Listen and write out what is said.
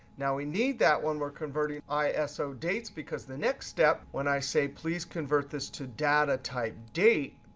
now, we need that one we're converting iso ah so dates, because the next step when i say please convert this to data type, date,